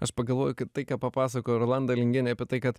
aš pagalvojau kad tai ką papasakojo rolanda lingienė apie tai kad